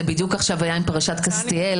זה בדיוק עכשיו היה עם פרשת קסטיאל,